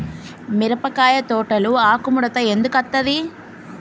మిరపకాయ తోటలో ఆకు ముడత ఎందుకు అత్తది?